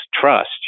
trust